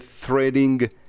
threading